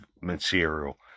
material